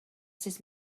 sut